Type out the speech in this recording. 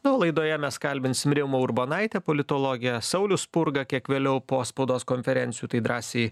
nu o laidoje mes kalbinsim rimą urbonaitę politologę saulius spurga kiek vėliau po spaudos konferencijų tai drąsiai